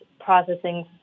processing